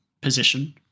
position